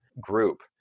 group